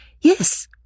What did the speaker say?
Yes